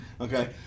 okay